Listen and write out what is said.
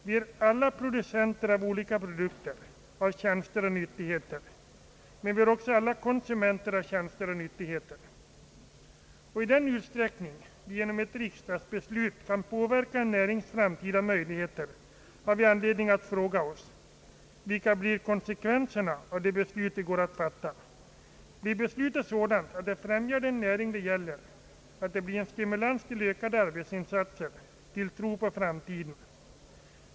Vi är alla producenter av olika produkter, av tjänster och nyttigheter. Men vi är också alla konsumenter av tjänster och nyttigheter. I den utsträckning vi genom riksdagsbeslut kan påverka en närings framtida möjligheter har vi anledning att fråga oss: Vilka blir konsekvenserna av det beslut vi går att fatta? Blir beslutet sådant att det främjar den näring det gäller, att det blir en stimulans till ökade arbetsinsatser, till tro på framtiden?